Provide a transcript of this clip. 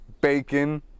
bacon